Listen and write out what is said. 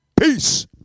peace